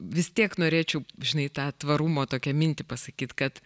vis tiek norėčiau žinai tą tvarumo tokią mintį pasakyt kad